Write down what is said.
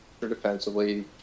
defensively